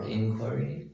inquiry